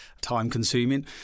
time-consuming